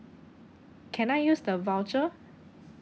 can I use the voucher